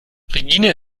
regine